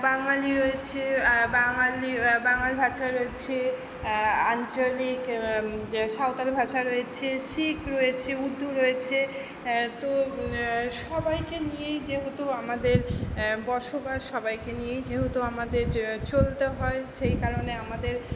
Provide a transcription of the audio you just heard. বাঙালি রয়েছে বাঙালি বাঙাল ভাষা রয়েছে আঞ্চলিক সাঁওতাল ভাষা রয়েছে শিখ রয়েছে উদ্ধু রয়েছে তো সবাইকে নিয়েই যেহেতু আমাদের বসবাস সবাইকে নিয়েই যেহেতু আমাদের চলতে হয় সেই কারণে আমাদের